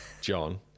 John